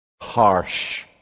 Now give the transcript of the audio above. harsh